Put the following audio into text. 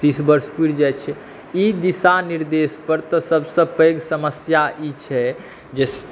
तीस वर्ष पूरि जाइ छै ई दिशानिर्देश पर तऽ सभसॅं पैघ समस्या ई छै जे